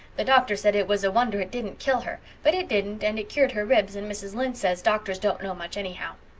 the doctor said it was a wonder it dident kill her but it dident and it cured her ribs and mrs. lynde says doctors dont know much anyhow.